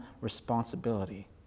responsibility